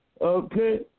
Okay